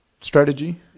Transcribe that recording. Strategy